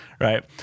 right